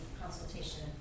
consultation